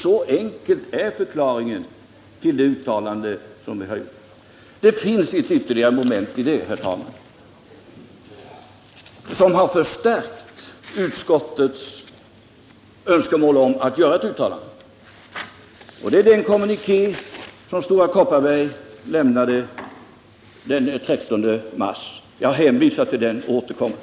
— Så enkel är förklaringen till det uttalande som vi har gjort. Det finns ett ytterligare moment, herr talman, som har förstärkt utskottets önskemål om att göra ett uttalande. Det är den kommuniké som Stora Kopparberg lämnade den 13 mars. Jag hänvisar till den kommunikén och återkommer.